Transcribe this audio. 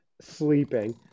sleeping